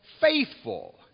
faithful